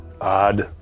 odd